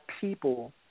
people